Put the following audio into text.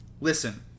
Listen